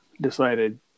decided